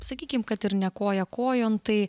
sakykim kad ir ne koja kojon tai